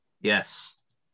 Yes